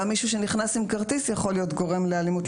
גם מי שנכנס עם כרטיס יכול לגרום לאלימות,